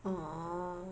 orh